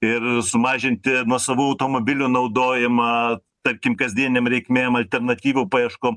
ir sumažinti nuosavų automobilių naudojimą tarkim kasdienėm reikmėm alternatyvų paieškom